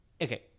Okay